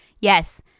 Yes